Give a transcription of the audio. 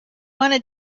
wanna